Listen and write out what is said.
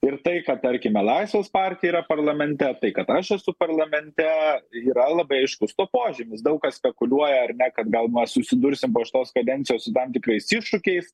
ir tai kad tarkime laisvės partija yra parlamente tai kad aš esu parlamente yra labai aiškus to požymis daug kas spekuliuoja ar ne kad gal na susidursim po šitos kadencijos tam tikrais iššūkiais